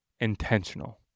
intentional